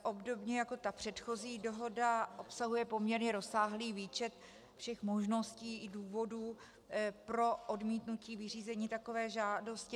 Obdobně jako předchozí dohoda obsahuje poměrně rozsáhlý výčet všech možností i důvodů pro odmítnutí vyřízení takové žádosti.